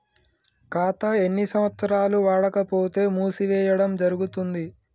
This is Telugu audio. ఖాతా ఎన్ని సంవత్సరాలు వాడకపోతే మూసివేయడం జరుగుతుంది?